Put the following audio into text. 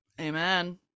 Amen